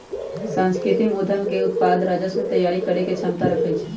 सांस्कृतिक उद्यम के उत्पाद राजस्व तइयारी करेके क्षमता रखइ छै